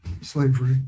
slavery